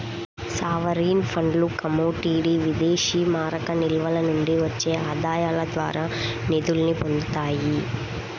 sovereign ఫండ్లు commodity విదేశీమారక నిల్వల నుండి వచ్చే ఆదాయాల ద్వారా నిధుల్ని పొందుతాయి